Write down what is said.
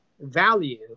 value